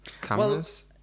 cameras